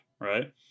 right